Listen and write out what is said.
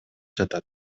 жатат